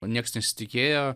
nieks nesitikėjo